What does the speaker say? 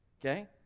Okay